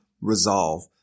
resolve